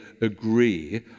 agree